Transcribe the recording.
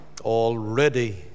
already